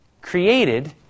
created